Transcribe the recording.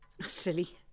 Silly